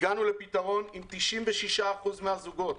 הגענו לפתרון עם 96% מהזוגות.